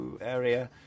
area